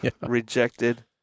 rejected